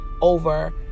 over